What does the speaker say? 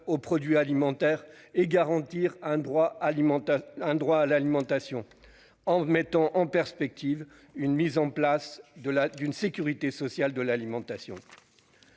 aux produits alimentaires et garantir un droit à l'alimentation, avec en perspective la mise en place d'une sécurité sociale de l'alimentation.